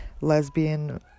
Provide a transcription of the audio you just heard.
lesbian